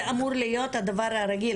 זה אמור להיות הדבר הרגיל,